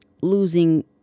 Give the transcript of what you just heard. losing